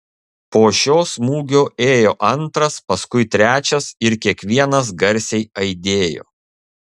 po šio smūgio ėjo antras paskui trečias ir kiekvienas garsiai aidėjo